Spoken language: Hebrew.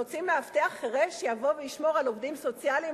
נוציא מאבטח חירש שיבוא וישמור על עובדים סוציאליים?